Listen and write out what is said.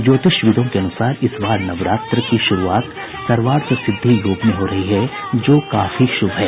ज्योतिषविदों के अनुसार इस बार नवरात्र की श्रूआत सर्वार्थसिद्दी योग में हो रही है जो काफी शुभ है